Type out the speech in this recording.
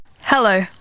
Hello